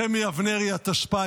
חמי אבנרי התשפ"א,